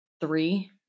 three